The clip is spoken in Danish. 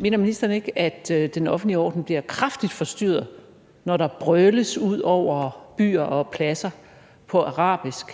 Mener ministeren ikke, at den offentlige orden bliver kraftigt forstyrret, når der brøles ud over byer og pladser på arabisk